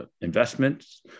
Investments